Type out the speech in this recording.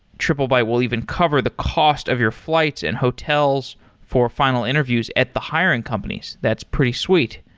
triplebyte will even cover the cost of your flights and hotels for final interviews at the hiring companies. that's pretty sweet.